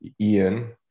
Ian